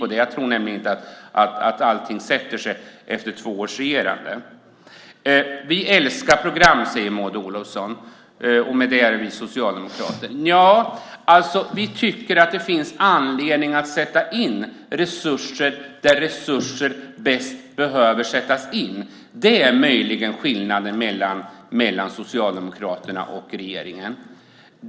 Jag tror inte att allt sätter sig efter två års regerande. Maud Olofsson säger att vi socialdemokrater älskar program. Vi tycker att det finns anledning att sätta in resurser där resurser bäst behöver sättas in. Det är möjligen skillnaden mellan Socialdemokraterna och regeringen.